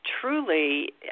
truly